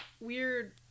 weird